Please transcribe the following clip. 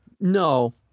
No